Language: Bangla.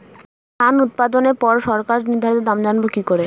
ধান উৎপাদনে পর সরকার নির্ধারিত দাম জানবো কি করে?